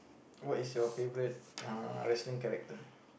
what is your favourite uh wrestling character